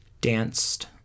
danced